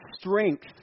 strength